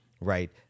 right